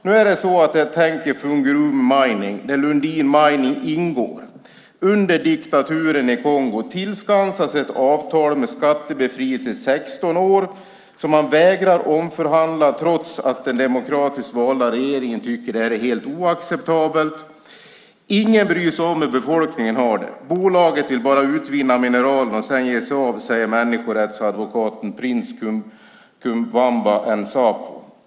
Nu är det så att Tenke Fungurume Mining, där Lundin Mining ingår, under diktaturen i Kongo tillskansat sig ett avtal med skattebefrielse i 16 år som man vägrar att omförhandla, trots att den demokratiskt valda regeringen tycker att det här är helt oacceptabelt. "Ingen bryr sig om hur befolkningen har det. Bolaget vill bara utvinna mineralen och sen ge sig av", säger människorättsadvokaten Prince Kumwamba N'Sapu.